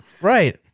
Right